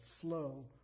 flow